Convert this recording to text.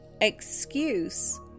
excuse